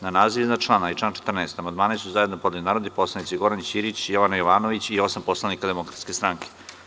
Na naziv iznad člana i član 14. amandmane su zajedno podneli narodni poslanici Goran Ćirić, Jovana Jovanović i osam poslanika Demokratske stranke.